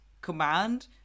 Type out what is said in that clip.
command